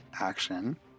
action